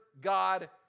God